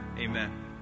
Amen